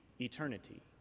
eternity